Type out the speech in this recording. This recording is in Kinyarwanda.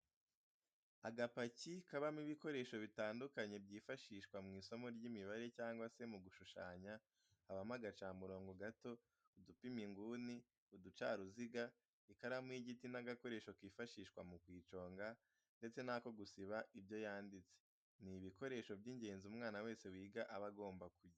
Agapaki kabamo ibikoresho bitandukanye byifashishwa mu isomo ry'imibare cyangwa se mu gushushanya habamo agacamurongo gato, udupima inguni, uducaruziga, ikaramu y'igiti n'agakoresho kifashishwa mu kuyiconga ndetse n'ako gusiba ibyo yanditse, ni ibikoresho by'ingenzi umwana wese wiga aba agomba kugira.